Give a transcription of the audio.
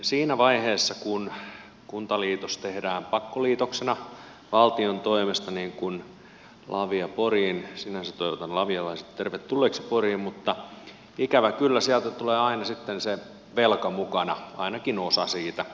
siinä vaiheessa kun kuntaliitos tehdään pakkoliitoksena valtion toimesta niin kuin lavian liitos poriin sinänsä toivotan lavialaiset tervetulleiksi poriin ikävä kyllä sieltä tulee aina sitten se velka mukana ainakin osa siitä